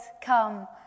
come